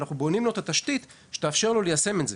אנחנו בונים לו את התשתית שתאפשר לו ליישם את זה.